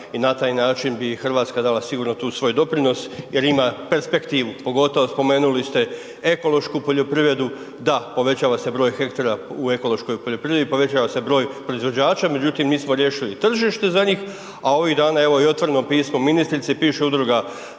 i na taj način bi Hrvatska dala sigurno svoj doprinos jer ima perspektivu. Pogotovo spomenuli ste ekološku poljoprivredu, da, povećava se broj hektara u ekološkoj poljoprivredi, povećava se broj proizvođača međutim, nismo riješili tržište za njih a ovih dana evo i otvoreno pismo ministrici, piše udruga